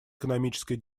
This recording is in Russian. экономической